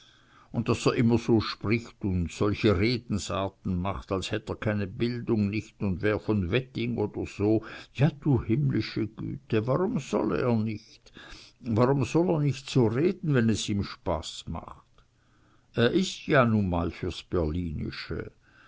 un daß er immer so spricht un solche redensarten macht als hätt er keine bildung nich un wäre von'n wedding oder so ja du himmlische güte warum soll er nich warum soll er nich so reden wenn es ihm spaß macht er is nu mal fürs